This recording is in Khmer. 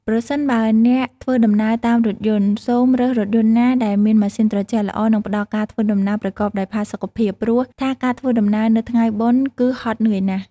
បើសិនជាអ្នកធ្វើដំណើរតាមរថយន្ត សូមរើសរថយន្តណាដែលមានម៉ាស៊ីនត្រជាក់ល្អនិងផ្ដល់ការធ្វើដំណើរប្រកបដោយផាសុកភាព ព្រោះថាការធ្វើដំណើរនៅថ្ងៃបុណ្យគឺហត់នឿយណាស់។